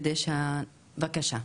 בבקשה.